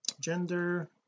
Gender